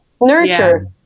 nurture